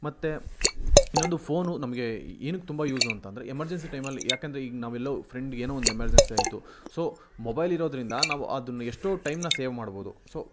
ಮತ್ತು ಇನ್ನೊಂದು ಫೋನು ನಮಗೆ ಏತಕ್ಕೆ ತುಂಬ ಯೂಸ್ ಅಂತ ಅಂದ್ರೆ ಎಮರ್ಜೆನ್ಸಿ ಟೈಮಲ್ಲಿ ಏಕೆಂದ್ರೆ ಈಗ ನಾವೆಲ್ಲೋ ಫ್ರೆಂಡ್ಗೆ ಏನೋ ಒಂದು ಎಮರ್ಜೆನ್ಸಿ ಆಯಿತು ಸೊ ಮೊಬೈಲ್ ಇರೋದರಿಂದ ನಾವು ಅದನ್ನು ಎಷ್ಟೋ ಟೈಮ್ನ ಸೇವ್ ಮಾಡ್ಬೋದು ಸೊ